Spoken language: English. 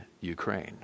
Ukraine